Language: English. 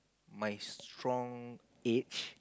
my strong age